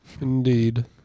Indeed